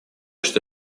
что